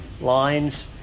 lines